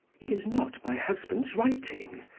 it is not my husband's writing,